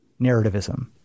narrativism